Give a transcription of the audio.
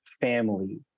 family